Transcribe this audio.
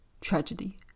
Tragedy